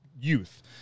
youth